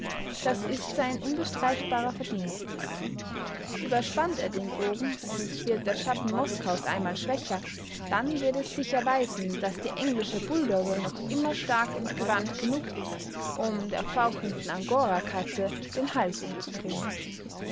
das ist sein unbestreitbares verdienst überspannt er den bogen und wird der schatten moskaus einmal schwächer dann wird es sich erweisen daß die englische bulldogge noch immer stark und gewandt genug ist um der fauchenden angorakatze den hals umzudrehen